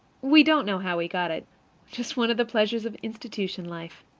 we don't know how we got it just one of the pleasures of institution life.